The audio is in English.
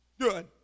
good